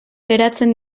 geratzen